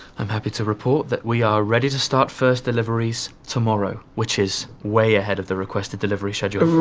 i'm happy to report that we are ready to start first deliveries tomorrow which is way ahead of the requested delivery schedule.